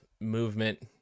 movement